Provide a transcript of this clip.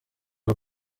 aha